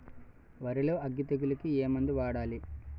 వరిలో అగ్గి తెగులకి ఏ మందు వాడాలి?